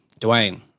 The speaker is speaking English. Dwayne